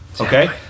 Okay